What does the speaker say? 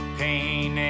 pain